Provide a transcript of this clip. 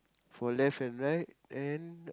for left and right and